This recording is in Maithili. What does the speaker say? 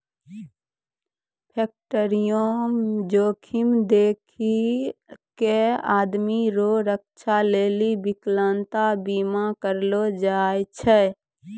फैक्टरीमे जोखिम देखी कय आमदनी रो रक्षा लेली बिकलांता बीमा करलो जाय छै